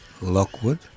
Lockwood